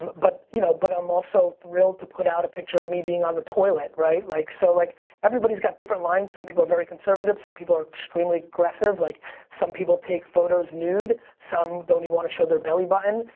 but you know but i'm also thrilled to put out a picture of me being on the toilet. like so like everybody's got different lines. some people are very conservative. some people are extremely aggressive. like some people take photos nude, some don't even wanna show their belly button.